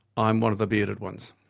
i'm one of the bearded ones.